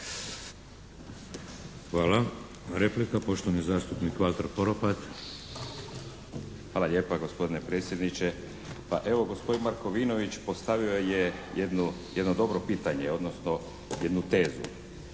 Hvala. Replika. Poštovani zastupnik Valter Poropat. **Poropat, Valter (IDS)** Hvala lijepa gospodine predsjedniče. Pa evo, gospodin Markovinović je postavio jedno dobro pitanje odnosno jednu tezu,